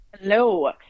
Hello